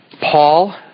Paul